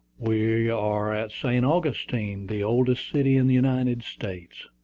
we are at st. augustine, the oldest city in the united states,